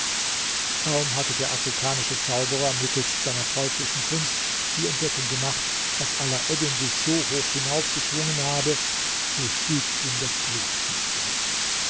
kaum hatte der afrikanische zauberer mittelst seiner teuflischen kunst die entdeckung gemacht daß alaeddin sich so hoch hinaufgeschwungen habe so stieg ihm das blut ins gesicht